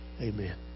Amen